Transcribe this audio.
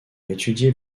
étudié